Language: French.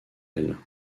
elles